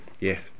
Yes